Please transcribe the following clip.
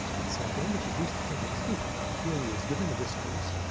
and so goenkaji is used to public speaking, but here he is giving a discourse